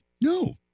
No